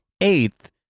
Eighth